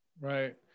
Right